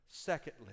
Secondly